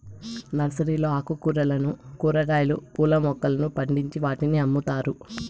నర్సరీలలో ఆకుకూరలను, కూరగాయలు, పూల మొక్కలను పండించి వాటిని అమ్ముతారు